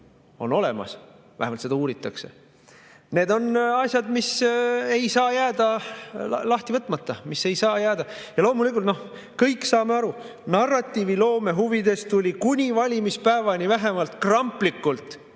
on olemas. Vähemalt seda uuritakse. Need on asjad, mis ei saa jääda lahti võtmata. Ja loomulikult me kõik saame aru, narratiiviloome huvides tuli kuni valimispäevani vähemalt kramplikult